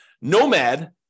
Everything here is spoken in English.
Nomad